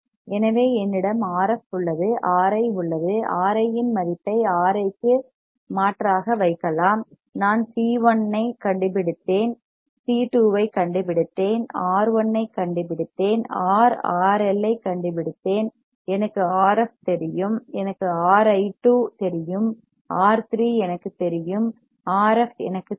எனவே என்னிடம் Rf உள்ளது Ri உள்ளது Ri இன் மதிப்பை Ri க்கு மாற்றாக வைக்கலாம் நான் C1 ஐக் கண்டுபிடித்தேன் C2 ஐக் கண்டுபிடித்தேன் R1 ஐக் கண்டுபிடித்தேன் R RI ஐக் கண்டேன் எனக்கு Rf தெரியும் எனக்கு Ri2 தெரியும் R3 எனக்கு தெரியும் Rf எனக்கு தெரியும்